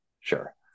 Sure